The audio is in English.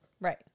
right